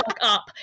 up